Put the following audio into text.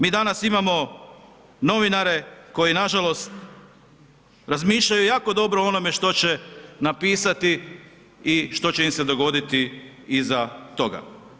Mi danas imamo novinare koji nažalost razmišljaju jako dobro o onome što će napisati i što će se im dogoditi iza toga.